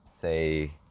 say